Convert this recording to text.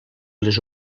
les